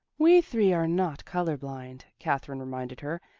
we three are not color-blind, katherine reminded her.